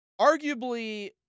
arguably